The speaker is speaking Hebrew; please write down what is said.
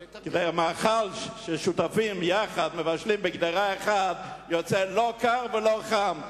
מאכל ששותפים בו יחד ומבשלים בקדרה אחת יוצא לא קר ולא חם.